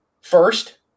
first